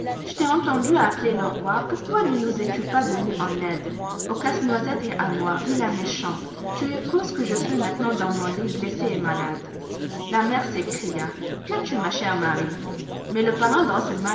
je t'ai entendu appeler leur roi pourquoi ne nous es-tu pas venu en aide au casse-noisette et à moi vilain méchant tu es cause que je suis maintenant dans mon lit blessée et malade la mère s'écria qu'as-tu ma chère marie mais le